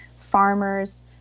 farmers